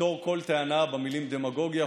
לפטור כל טענה במילים "דמגוגיה",